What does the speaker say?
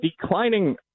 declining –